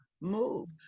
move